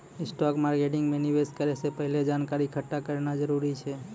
stock मार्केटो मे निवेश करै से पहिले जानकारी एकठ्ठा करना जरूरी छै